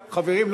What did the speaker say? חברים,